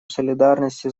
солидарности